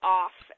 off